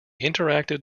interactive